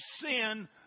sin